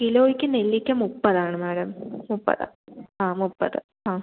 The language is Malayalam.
കിലോയ്ക്ക് നെല്ലിക്ക മുപ്പതാണ് മാഡം മുപ്പതാണ് ആ മുപ്പത് ആ